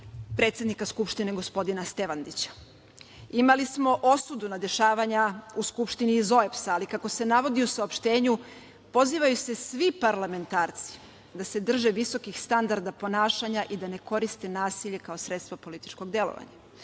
predsednika Skupštine gospodina Stevandića. Imali smo osudu na dešavanja u Skupštini iz OEBS-a, ali kako se navodi u saopštenju pozivaju se svi parlamentarci da se drže visokih standarda ponašanja i da ne koriste nasilje kao sredstvo političkog delovanja.